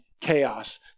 chaos